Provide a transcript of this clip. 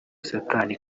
satani